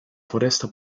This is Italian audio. foresta